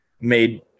made